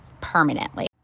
permanently